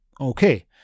Okay